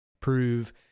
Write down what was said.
prove